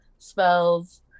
spells